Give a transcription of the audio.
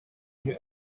new